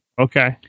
Okay